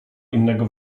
innego